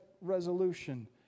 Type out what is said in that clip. resolution